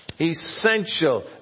essential